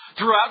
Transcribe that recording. Throughout